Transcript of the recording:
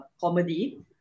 Comedy